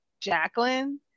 Jacqueline